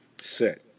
set